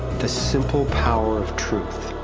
the simple power of truth.